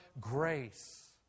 grace